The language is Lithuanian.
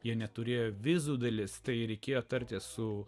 jie neturėjo vizų dalis tai reikėjo tartis su